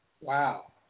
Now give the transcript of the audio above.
Wow